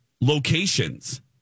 locations